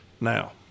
Now